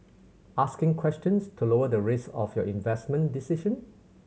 asking questions to lower the risk of your investment decision